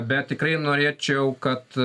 bet tikrai norėčiau kad